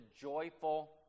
joyful